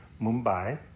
Mumbai